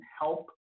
help